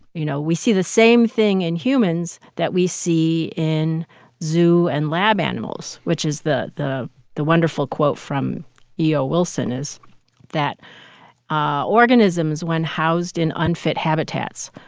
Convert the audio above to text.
you know, we see the same thing in humans that we see in zoo and lab animals, which is the the wonderful quote from e o. wilson is that ah organisms, when housed in unfit habitats,